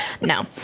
No